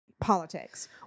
politics